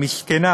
המסכנה,